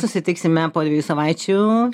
susitiksime po dviejų savaičių